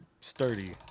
sturdy